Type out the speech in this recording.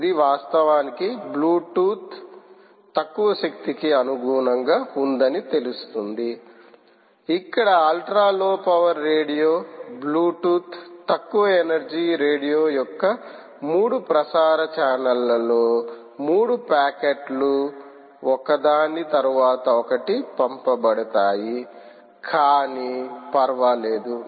ఇది వాస్తవానికి బ్లూటూత్ తక్కువ శక్తికి అనుగుణంగా ఉందని తెలుస్తుంది ఇక్కడ ultra low power radio bluetooth తక్కువ ఎనర్జీ రేడియో యొక్క మూడు ప్రసార ఛానెళ్లలో మూడు ప్యాకెట్లు ఒక దాని తర్వాత ఒకటి పంపబడతాయి కాని ఫర్వాలేదు